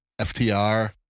FTR